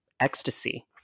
ecstasy